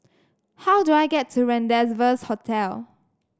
how do I get to Rendezvous Hotel